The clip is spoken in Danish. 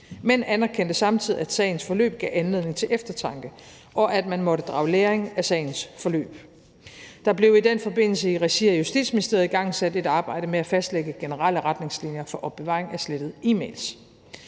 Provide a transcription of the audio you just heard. men anerkendte samtidig, at sagens forløb gav anledning til eftertanke, og at man måtte drage læring af sagens forløb. Der blev i den forbindelse i regi af Justitsministeriet igangsat et arbejde med at fastlægge generelle retningslinjer for opbevaring af slettede e-mails.